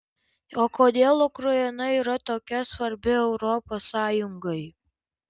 o kodėl ukraina yra tokia svarbi europos sąjungai